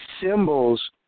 symbols